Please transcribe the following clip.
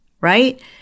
right